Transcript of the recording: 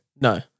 No